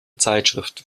zeitschriften